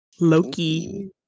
Loki